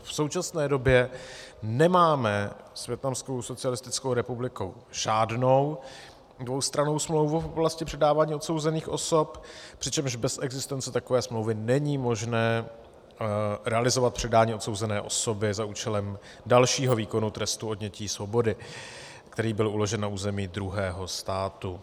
V současné době nemáme s Vietnamskou socialistickou republikou žádnou dvoustrannou smlouvu v oblasti předávání odsouzených osob, přičemž bez existence takové smlouvy není možné realizovat předání odsouzené osoby za účelem dalšího výkonu trestu odnětí svobody, který byl uložen na území druhého státu.